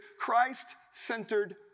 Christ-centered